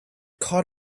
caught